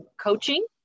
coaching